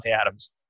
Adams